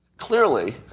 Clearly